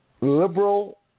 liberal